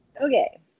okay